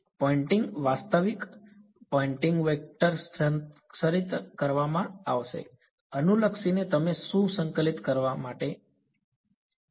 Poynting વાસ્તવિક Poynting vector સંરક્ષિત કરવામાં આવશે અનુલક્ષીને તમે શું સંકલિત કરવા માટે બરાબર